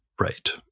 Right